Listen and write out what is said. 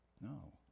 No